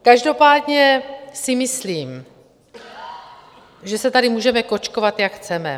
Každopádně si myslím, že se tady můžeme kočkovat, jak chceme.